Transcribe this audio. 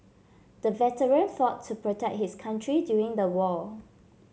the veteran fought to protect his country during the war